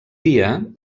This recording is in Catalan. dia